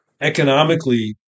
economically